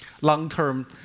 long-term